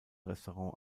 restaurant